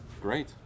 Great